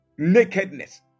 nakedness